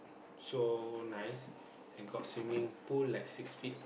so nice and got swimming pool like six feet